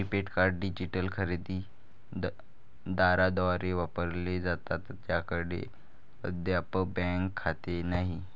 prepaid card digital खरेदी दारांद्वारे वापरले जातात ज्यांच्याकडे अद्याप बँक खाते नाही